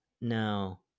no